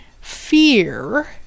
fear